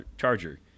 Charger